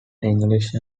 english